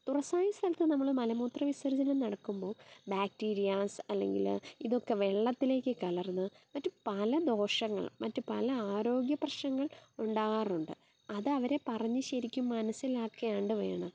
തുറസ്സായ സ്ഥലത്ത് നമ്മള് മലമൂത്ര വിസർജ്ജനം നടത്തുമ്പോൾ ബാക്ടീരിയാസ് അല്ലങ്കില് ഇതൊക്കെ വെള്ളത്തിലേക്ക് കലർന്ന് മറ്റ് പല ദോഷങ്ങളും മറ്റ് പല ആരോഗ്യ പ്രശ്നങ്ങൾ ഉണ്ടാകാറുണ്ട് അതവരെ പറഞ്ഞ് ശരിക്കും മനസ്സിലാക്കിയാണ്ട് വേണത്